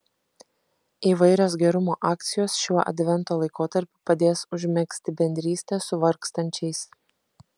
įvairios gerumo akcijos šiuo advento laikotarpiu padės užmegzti bendrystę su vargstančiais